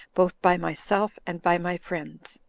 both by myself and by my friends.